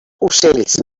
ocells